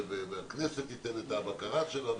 והכנסת תיתן את הבקרה שלה,